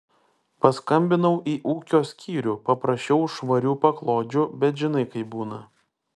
paskambinau į ūkio skyrių paprašiau švarių paklodžių bet žinai kaip būna